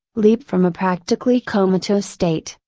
leap from a practically comatose state,